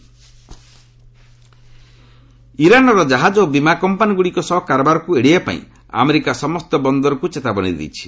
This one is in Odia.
ୟୁଏସ୍ ଇରାନ୍ ଇରାନ୍ର କାହାଜ ଓ ବୀମା କମ୍ପାନୀଗୁଡ଼ିକ ସହ କାରବାରକୁ ଏଡେଇବାପାଇଁ ଆମେରିକା ସମସ୍ତ ବନ୍ଦରକୁ ଚେତାବନୀ ଦେଇଛି